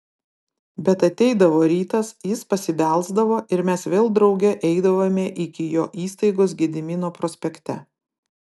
bet ateidavo rytas jis pasibelsdavo ir mes vėl drauge eidavome iki jo įstaigos gedimino prospekte